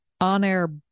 on-air